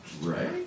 Right